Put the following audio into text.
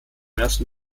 ersten